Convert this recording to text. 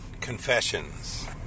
confessions